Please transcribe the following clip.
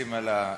לשים על השולחן.